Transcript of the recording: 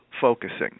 focusing